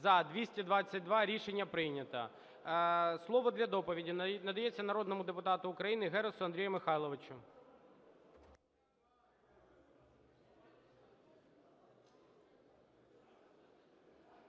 За-222 Рішення прийнято. Слово для доповіді надається народному депутату України Герусу Андрію Михайловичу.